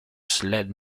sled